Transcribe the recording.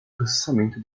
processamento